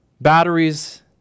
Batteries